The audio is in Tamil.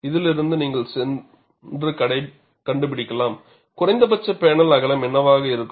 இதிலிருந்து நீங்கள் சென்று கண்டுபிடிக்கலாம் குறைந்தபட்ச பேனல் அகலம் என்னவாக இருக்கும்